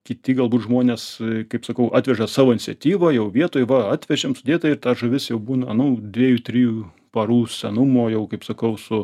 kiti galbūt žmonės kaip sakau atveža savo iniciatyva jau vietoj va atvežėm sudėta ir ta žuvis jau būna na dviejų trijų parų senumo jau kaip sakau su